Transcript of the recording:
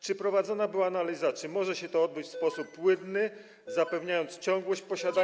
Czy prowadzona była analiza, czy może się to odbyć w sposób płynny, zapewniając ciągłość posiadania.